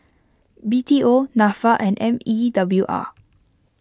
B T O Nafa and M E W R